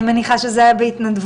אני מניחה שזה היה בהתנדבות.